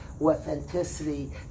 authenticity